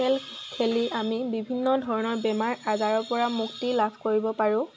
খেল খেলি আমি বিভিন্ন ধৰণৰ বেমাৰ আজাৰৰ পৰা মুক্তি লাভ কৰিব পাৰোঁ